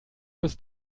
bis